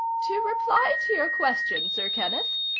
to reply to your question, sir kenneth,